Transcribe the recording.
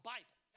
Bible